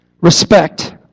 Respect